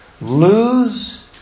lose